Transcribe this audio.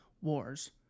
wars